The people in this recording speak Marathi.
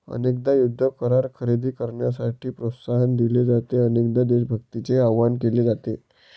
अनेकदा युद्ध करार खरेदी करण्यासाठी प्रोत्साहन दिले जाते, अनेकदा देशभक्तीचे आवाहन केले जाते